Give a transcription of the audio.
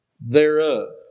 thereof